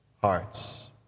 hearts